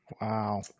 Wow